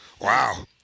Wow